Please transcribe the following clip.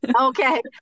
Okay